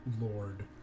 lord